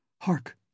Hark